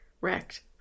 wrecked